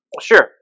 sure